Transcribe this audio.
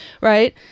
right